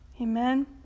Amen